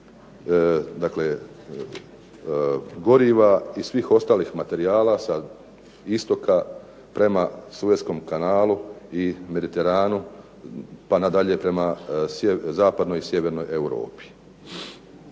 dakle goriva i svih ostalih materijala sa istoka prema Sueskom kanalu i Mediteranu pa nadalje prema zapadnoj i sjevernoj Europi.